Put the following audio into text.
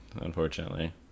unfortunately